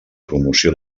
promoció